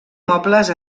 mobles